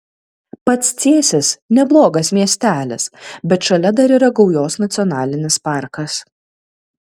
pats cėsis neblogas miestelis bet šalia dar yra gaujos nacionalinis parkas